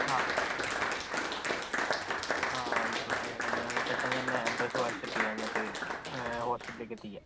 ആ ആ ഇപ്പോൾ തന്നെ വേണം ആ ഞാനെന്നാൽ പെട്ടെന്ന് തന്നെ അഡ്രസ്സ് വാട്സ്ആപ്പ് ചെയ്യാം എന്നിട്ട് ഹോസ്പിറ്റലിലേക്ക് എത്തിക്കാം